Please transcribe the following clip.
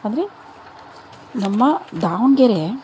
ಅಂದರೆ ನಮ್ಮ ದಾವಣಗೆರೆ